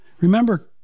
remember